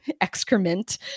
excrement